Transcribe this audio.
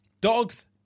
dogs